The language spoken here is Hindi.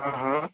हाँ हाँ